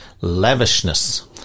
lavishness